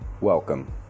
welcome